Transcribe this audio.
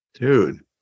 Dude